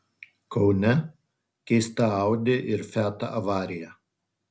kaune keista audi ir fiat avarija